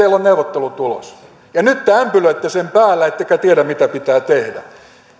on neuvottelutulos ja nyt te ämpylöitte sen päällä ettekä tiedä mitä pitää tehdä